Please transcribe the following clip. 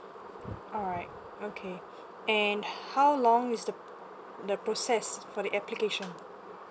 alright okay and how long is the the process for the application